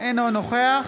אינו נוכח